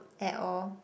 at all